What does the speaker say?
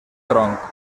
tronc